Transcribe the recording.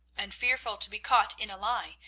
and, fearful to be caught in a lie,